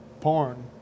porn